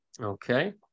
Okay